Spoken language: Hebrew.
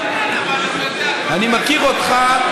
אבל אתה יודע, אני מכיר אותך.